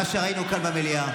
מה שראינו כאן במליאה,